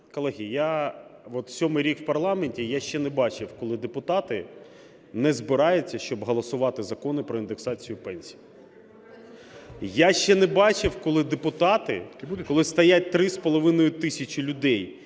Колеги, я сьомий рік в парламенті, я ще не бачив, коли депутати не збираються, щоб голосувати закони про індексацію пенсій. Я ще не бачив, коли депутати, коли стоять три з